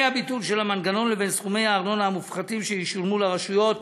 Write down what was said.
הביטול של המנגנון לבין סכומי הארנונה המופחתים שישולמו לרשויות